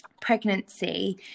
pregnancy